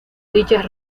dichas